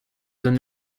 then